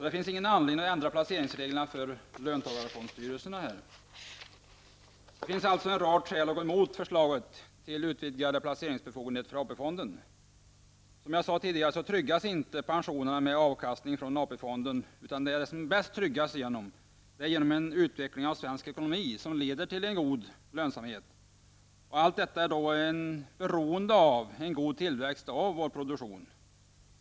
Det finns ingen anledning att ändra placeringsreglerna för löntagarfondstyrelserna. Det finns alltså en rad skäl att gå emot förslaget till utvidgade placeringsbefogenheter för AP-fonden. Som jag tidigare sade tryggas inte pensionerna med avkastning från AP-fonden. De tryggas bäst genom en utveckling av svensk ekonomi som leder till en god lönsamhet. Allt detta är beroende av en god tillväxt av vår produktion.